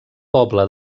poble